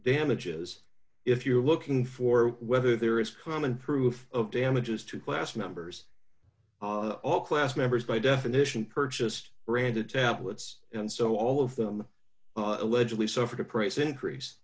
damages if you're looking for whether there is common proof of damages to class members all class members by definition purchased branded templates and so all of them allegedly suffered a price increase